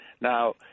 now